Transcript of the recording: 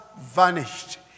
vanished